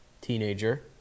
teenager